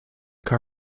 car